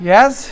Yes